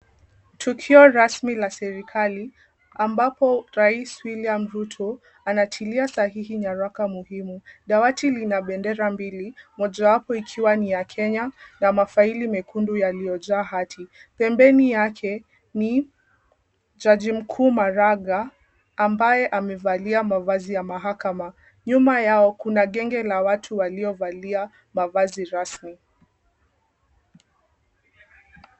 Tukio rasmi la serikali ambapo rais William Ruto anatilia sahihi nyarak muhimu. Dawati lina bendera mbili mojawapo ikiwa ni ya Kenya na mafaili mekundu yaliyojaa hati. Pembeni yake ni jaji mkuu Maraga ambaye amevalia mavazi ya mahakama. Nyuma yao kuna genge la watu waliovalia mavazi rasmi.